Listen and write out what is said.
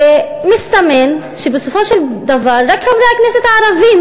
ומסתמן שבסופו של דבר רק חברי הכנסת הערבים